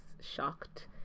shocked